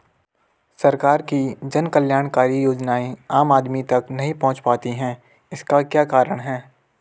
सरकार की जन कल्याणकारी योजनाएँ आम आदमी तक नहीं पहुंच पाती हैं इसका क्या कारण है?